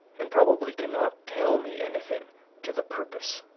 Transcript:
and probably cannot tell me anything to the purpose.